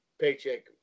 paycheck